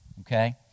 Okay